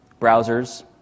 browsers